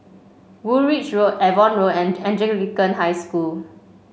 Woolwich Road Avon Road and Anglican High School